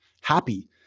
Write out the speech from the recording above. happy